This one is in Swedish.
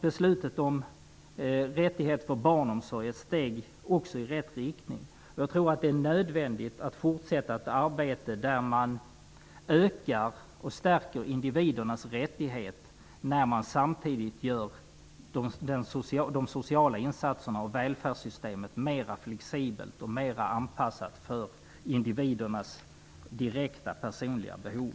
Beslutet om rättighet till barnomsorg är också ett steg i rätt riktning. Jag tror att det är nödvändigt att fortsätta ett arbete där man ökar och stärker individernas rättigheter när man samtidigt gör de sociala insatserna och välfärdssystemet mer flexibla och mer anpassade för individernas direkta personliga behov.